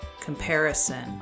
comparison